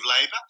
labour